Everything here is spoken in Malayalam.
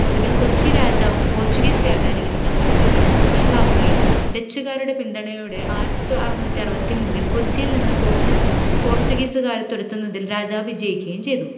ഒടുവിൽ കൊച്ചി രാജാവും പോർച്ചുഗീസ് വ്യാപാരികളും തമ്മിലുള്ള ബന്ധം വഷളാവുകയും ഡച്ചുകാരുടെ പിന്തുണയോടെ ആയിരത്തി അറുന്നൂറ്റി അറുപത്തിമൂന്നിൽ കൊച്ചിയിൽ നിന്ന് പോർച്ചുഗീസുകാരെ തുരുത്തുന്നതിൽ രാജാവ് വിജയിക്കുകയും ചെയ്തു